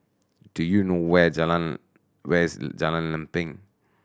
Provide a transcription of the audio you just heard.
do you know where Jalan where is Jalan Lempeng